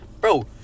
Bro